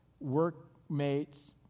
workmates